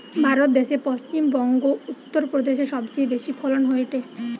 ভারত দ্যাশে পশ্চিম বংগো, উত্তর প্রদেশে সবচেয়ে বেশি ফলন হয়টে